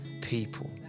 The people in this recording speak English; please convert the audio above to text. people